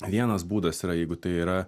vienas būdas yra jeigu tai yra